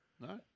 No